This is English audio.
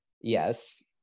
Yes